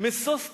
משוש תבל,